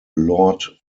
lord